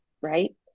Right